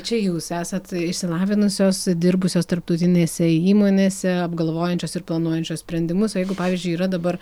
čia jūs esat išsilavinusios dirbusios tarptautinėse įmonėse apgalvojančios ir planuojančios sprendimus o jeigu pavyzdžiui yra dabar